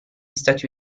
stati